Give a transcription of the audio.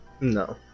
No